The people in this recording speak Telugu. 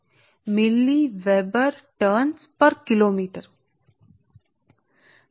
కాబట్టి ఈ ఫ్లక్స్ లింకేజ్ ఫార్ములా మళ్లీ మళ్లీ ఉపయోగించబడుతుంది సరే